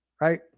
Right